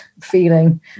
feeling